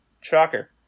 Shocker